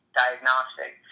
diagnostic